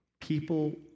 people